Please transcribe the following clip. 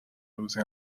روزی